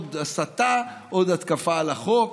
עוד הסתה, עוד התקפה על החוק,